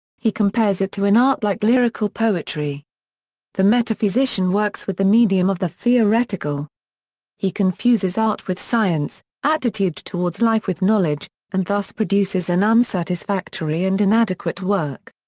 he compares it to an art like lyrical poetry the metaphysician works with the medium of the theoretical he confuses art with science, attitude towards life with knowledge, and thus produces an unsatisfactory and inadequate work.